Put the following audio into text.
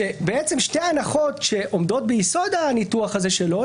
בעצם שתי ההנחות שעומדות ביסוד הניתוח הזה שלו,